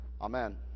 Amen